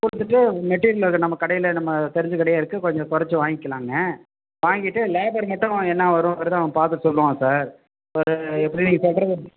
கொடுத்துட்டு மெட்டீரியல் அது நம்ம கடையில் நம்ம தெரிஞ்ச கடையே இருக்குது கொஞ்சம் குறச்சி வாங்கிக்கலாங்க வாங்கிட்டு லேபர் மட்டும் அவன் என்ன வருங்கிறதை அவன் பார்த்துட்டு சொல்லுவான் சார் ஒரு எப்படியும்